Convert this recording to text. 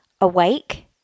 Awake